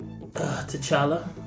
T'Challa